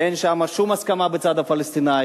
אין שם שום הסכמה, בצד הפלסטיני.